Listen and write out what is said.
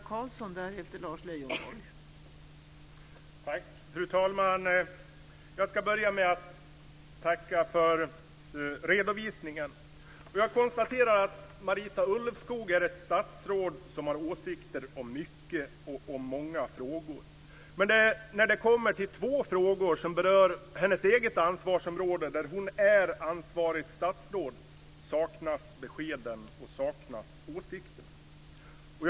Fru talman! Jag ska börja med att tacka för redovisningen. Jag konstaterar att Marita Ulvskog är ett statsråd som har åsikter om mycket och om många frågor, men när det kommer till två frågor som berör hennes eget ansvarsområde där hon är ansvarigt statsråd saknas beskeden och åsikterna.